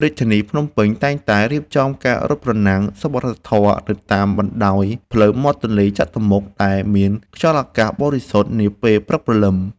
រាជធានីភ្នំពេញ តែងតែរៀបចំការរត់ប្រណាំងសប្បុរសធម៌នៅតាមបណ្ដោយផ្លូវមាត់ទន្លេចតុមុខ ដែលមានខ្យល់អាកាសបរិសុទ្ធនាពេលព្រឹកព្រលឹម។